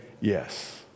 yes